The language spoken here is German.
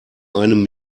einem